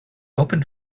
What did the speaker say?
open